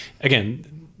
again